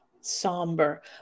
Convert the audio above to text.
somber